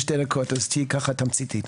בבקשה, בצורה תמציתית.